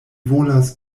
volas